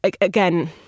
again